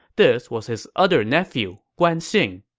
this was his other nephew, guan xing.